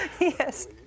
Yes